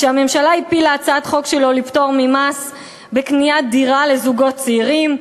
הממשלה הפילה הצעת חוק שלו לפטור ממס בקניית דירה לזוגות צעירים.